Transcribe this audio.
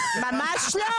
יהיה זמן.